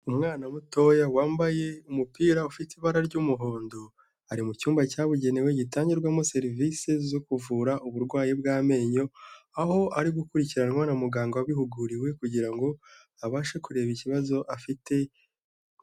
Umwana mutoya wambaye umupira ufite ibara ry'umuhondo ari mu cyumba cyabugenewe gitangirwamo serivisi zo kuvura uburwayi bw'amenyo, aho ari gukurikiranwa na muganga wabihuguriwe kugira ngo abashe kureba ikibazo afite.